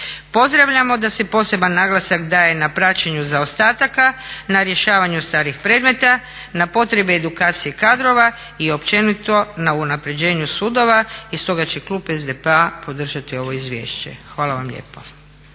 Pozdravljamo da se poseban naglasak daje na praćenju zaostataka, na rješavanju starih predmeta, na potrebi edukacije kadrova i općenito na unaprjeđenju sudova i stoga će klub SDP-a podržati ovo izvješće. Hvala vam lijepa.